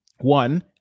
One